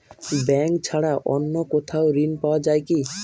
Bank ছাড়া অন্য কোথাও ঋণ পাওয়া যায় কি?